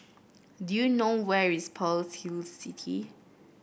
do you know where is Pearl's Hill City